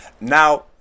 now